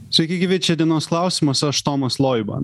sveiki gyvi čia dienos klausimas aš tomas loiba